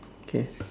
okay